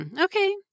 okay